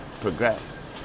progress